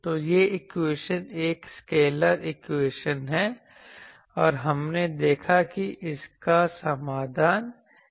तो यह इक्वेशन एक सकेलर इक्वेशन है और हमने देखा कि इसका समाधान क्या है